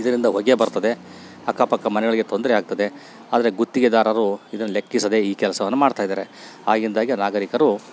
ಇದರಿಂದ ಹೊಗೆ ಬರ್ತದೆ ಅಕ್ಕ ಪಕ್ಕ ಮನೆ ಒಳಗೆ ತೊಂದರೆ ಆಗ್ತದೆ ಆದರೆ ಗುತ್ತಿಗೆದಾರರು ಇದನ್ನು ಲೆಕ್ಕಿಸದೆ ಈ ಕೆಲಸವನ್ನು ಮಾಡ್ತಾಯಿದ್ದಾರೆ ಆಗಿಂದಾಗೆ ನಾಗರಿಕರು